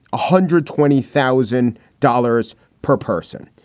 hundred twenty thousand dollars per person.